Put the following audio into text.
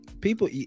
people